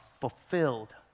fulfilled